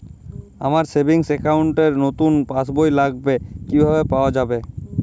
আমার savings account র নতুন পাসবই লাগবে, কিভাবে পাওয়া যাবে?